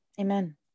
Amen